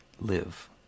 live